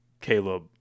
Caleb